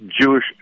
Jewish